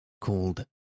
called